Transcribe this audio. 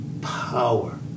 Power